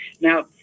Now